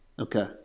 Okay